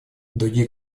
другие